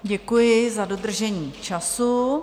Děkuji za dodržení času.